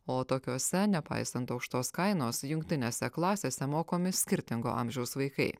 o tokiose nepaisant aukštos kainos jungtinėse klasėse mokomi skirtingo amžiaus vaikai